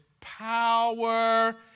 power